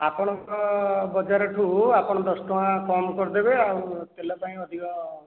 ଆପଣଙ୍କ ବଜାରଠୁ ଆପଣ ଦଶଟଙ୍କା କମ୍ କରିଦେବେ ଆଉ ତେଲ ପାଇଁ ଅଧିକ